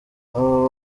aba